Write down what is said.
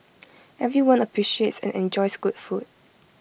everyone appreciates and enjoys good food